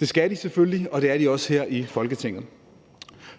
Det skal de selvfølgelig være, og det er de også her i Folketinget.